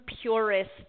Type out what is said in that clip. purist